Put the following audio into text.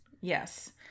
Yes